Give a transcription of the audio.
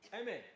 Amen